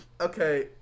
Okay